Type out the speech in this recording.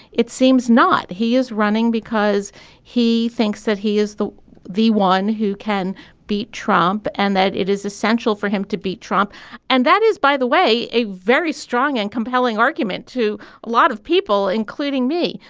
it seems not. he is running because he thinks that he is the the one who can beat trump and that it is essential for him to beat trump and that is by the way a very strong and compelling argument to a lot of people including me.